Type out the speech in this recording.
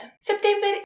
September